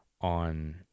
on